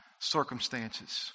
circumstances